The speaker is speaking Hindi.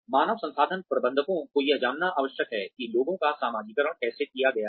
मानव संसाधन प्रबंधकों को यह जानना आवश्यक है कि लोगों का समाजीकरण कैसे किया गया है